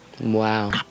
Wow